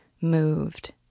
moved